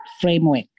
framework